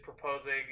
proposing –